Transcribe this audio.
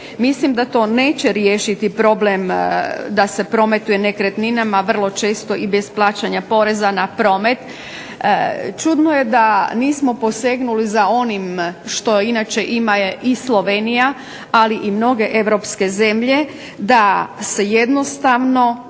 Mislim da to neće riješiti problem da se prometuje nekretninama vrlo često i bez plaćanja poreza na promet. Čudno je da nismo posegnuli za onim što inače ima i Slovenija, ali i mnoge europske zemlje, da se jednostavno